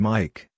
Mike